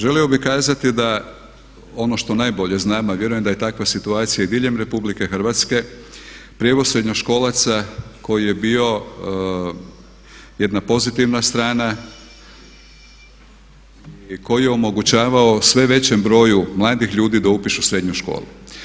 Želio bi kazati da ono što najbolje znam, a vjerujem da je takva situacija i diljem RH prijevoz srednjoškolaca koji je bio jedna pozitivna strana i koji je omogućavao sve većem broju mladih ljudi da upišu srednju školu.